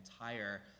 entire